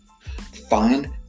find